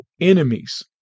enemies